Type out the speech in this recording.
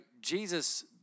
Jesus